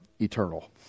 eternal